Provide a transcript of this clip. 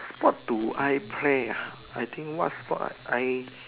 what do I play ah I think what sport ah I